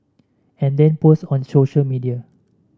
and then post on social media